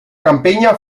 campiña